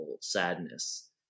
sadness